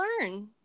learn